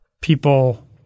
people